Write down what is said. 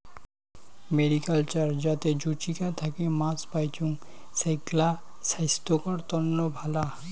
mariculture যাতে জুচিকা থাকি মাছ পাইচুঙ, সেগ্লা ছাইস্থ্যর তন্ন ভালা